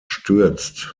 stürzt